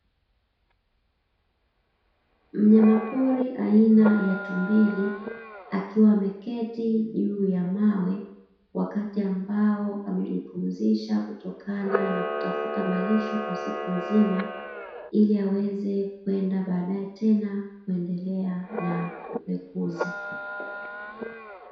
Mnyama pori aina ya tumbili akiwa ameketi juu ya mawe wakati, ambao amejipumzisha kutokana na kutafta malisho kwa siku nzima ili aweze kwenda baadae tena kuendelea na upekuzi.